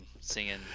Singing